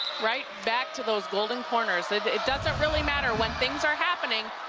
right back to those golden corners. it doesn't really matter when things are happening,